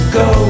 go